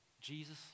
Jesus